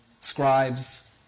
scribes